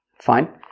Fine